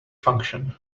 function